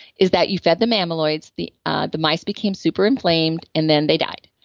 is that you fed them amyloids, the ah the mice became super inflamed and then they died.